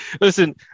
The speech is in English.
Listen